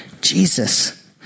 Jesus